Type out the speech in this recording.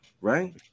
Right